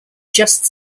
just